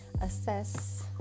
assess